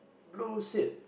blue seat